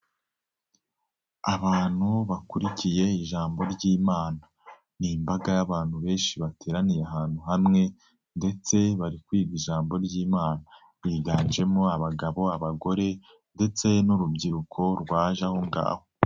Abantu bakurikiye ijambo ry'Imana, ni imbaga y'abantu benshi bateraniye ahantu hamwe ndetse bari kwiga ijambo ry'Imana, ryiganjemo abagabo, abagore ndetse n'urubyiruko rwaje aho ngaho.